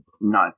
No